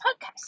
podcast